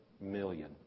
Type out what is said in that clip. million